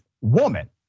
woman